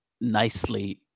nicely